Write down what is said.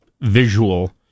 visual